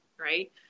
Right